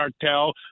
cartel